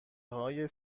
های